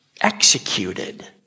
executed